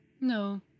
No